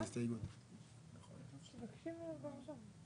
בפתיחת הדיון הבא בשעה שלוש וחצי לפי הלו"ז.